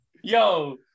Yo